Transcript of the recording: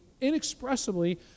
inexpressibly